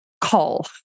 call